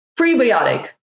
prebiotic